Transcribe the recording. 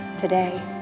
today